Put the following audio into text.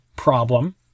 Problem